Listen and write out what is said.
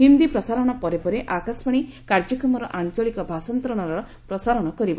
ହିନ୍ଦୀ ପ୍ରସାରଣ ପରେ ପରେ ଆକାଶବାଣୀ କାର୍ଯ୍ୟକ୍ରମର ଆଞ୍ଚଳିକ ଭାଷାନ୍ତରଣର ପ୍ରସାରଣ କରିବ